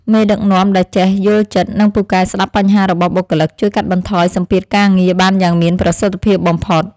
មេដឹកនាំដែលចេះយល់ចិត្តនិងពូកែស្ដាប់បញ្ហារបស់បុគ្គលិក ជួយកាត់បន្ថយសម្ពាធការងារបានយ៉ាងមានប្រសិទ្ធភាពបំផុត។